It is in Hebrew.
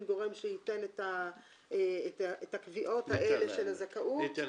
גורם שייתן את הקביעות האלה של הזכאות --- ניתן